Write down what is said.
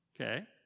okay